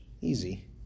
easy